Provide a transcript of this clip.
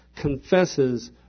confesses